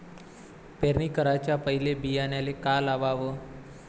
पेरणी कराच्या पयले बियान्याले का लावाव?